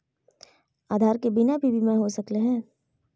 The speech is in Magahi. आधार के बिना भी बीमा हो सकले है?